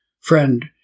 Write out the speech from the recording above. Friend